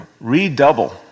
redouble